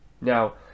now